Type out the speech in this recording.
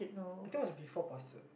I think was before puasa